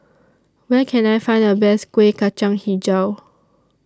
Where Can I Find The Best Kueh Kacang Hijau